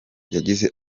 yagize